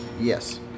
Yes